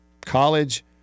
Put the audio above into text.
college